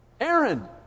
Aaron